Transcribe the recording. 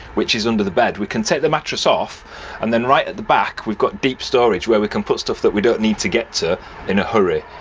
which is under the bed. we can take the mattress off and then right at the back we've got deep storage where we can put stuff that we don't need to get to in a hurry.